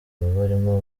barimo